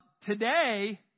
Today